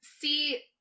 See